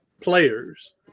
players